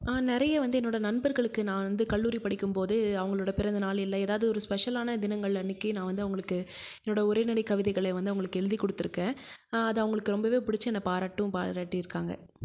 நான் நிறைய வந்து என்னோடய நண்பர்களுக்கு நான் வந்து கல்லூரி படிக்கும்போது அவங்களோட பிறந்தநாள் இல்லை ஏதாவது ஒரு ஸ்பெஷலான தினங்கள் அன்னிக்கு நான் வந்து அவங்களுக்கு என்னோடய உரைநடை கவிதைகளை வந்து அவங்களுக்கு எழுதி கொடுத்துருக்கேன் அது அவங்களுக்கு அது ரொம்பவே புடிச்சு என்னை பாராட்டும் பாராட்டியிருக்காங்க